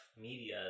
media